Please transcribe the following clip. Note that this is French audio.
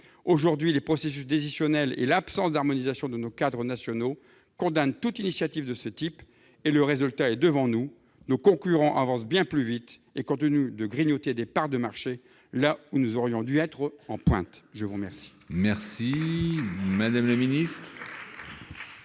Aujourd'hui, les processus décisionnels et l'absence d'harmonisation de nos cadres nationaux condamnent toute initiative de ce type et le résultat est devant nous : nos concurrents avancent bien plus vite et continuent de grignoter des parts de marchés là où nous devrions être en pointe. La parole